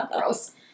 Gross